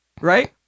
Right